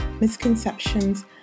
misconceptions